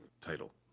title